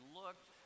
looked